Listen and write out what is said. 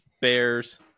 Bears